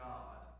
God